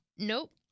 Nope